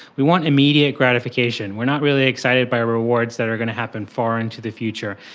we want immediate gratification, we are not really excited by rewards that are going to happen far into the future.